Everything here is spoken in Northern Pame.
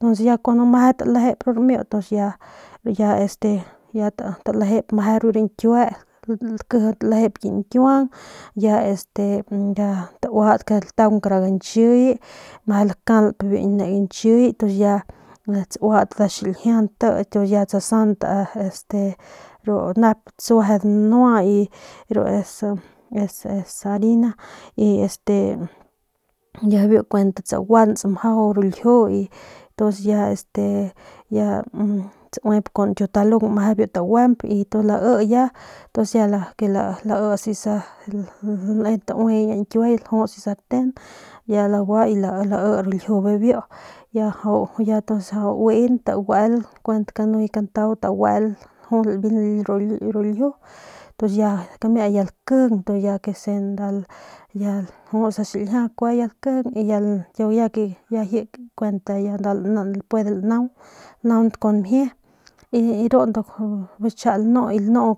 Tuns kun ya meje talejep ru ramiu ya este talejep ru ramiu ru rañkiue ki nkiuang ya este tauat ltaun kara guiñchiy mje lkalp bi ne guiñchiy tsuat da xiljia nta tu ya tsasant ru nep btsueje y dnua ru es es es a y este y ya biu kuent tsaguants mjau ru ljiu y ya tons este ya tsuep con nkiutalung mje biu tguemp y tun ya lai tons ya le laiy ljus nda sarten tauien y lae kuent kanuye kantau taguel ljul ru ljiu ya kamiay ya lakijing tu ya kese lajuts biu xiljia tu ya ji kuent ya nda lanaung lanaunt kun mjie y ru ndu bijiy chja lanu y lanu